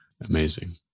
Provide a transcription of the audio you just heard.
Amazing